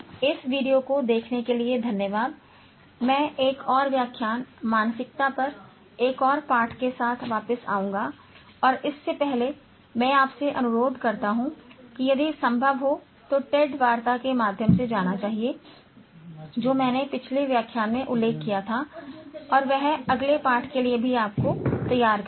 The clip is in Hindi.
इस वीडियो को देखने के लिए धन्यवाद मैं एक और व्याख्यान मानसिकता पर एक और पाठ के साथ वापस आऊंगा और इससे पहले मैं आपसे अनुरोध करता हूं कि यदि संभव हो तो टेड वार्ता के माध्यम से जाना चाहिए जो मैंने पिछले व्याख्यान में उल्लेख किया था और वह अगले पाठ के लिए भी आपको तैयार करेगा